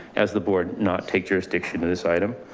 as the board not take jurisdiction of this item,